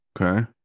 okay